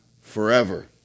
forever